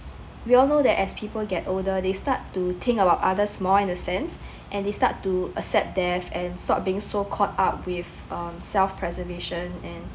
we all know that as people gets older they start to think about others more in a sense and they start to accept death and stop being so caught up with um self preservation and